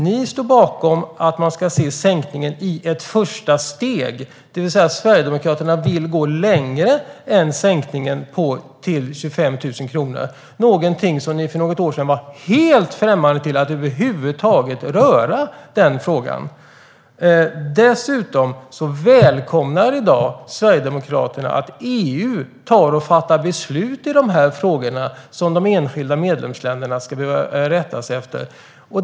Ni står bakom att se sänkningen i ett första steg, det vill säga Sverigedemokraterna vill gå längre än sänkningen till 25 000 kronor. För något år sedan var ni helt främmande till att över huvud taget röra frågan. I dag välkomnar Sverigedemokraterna att EU fattar beslut i de frågorna, som de enskilda medlemsländerna ska rätta sig efter.